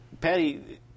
Patty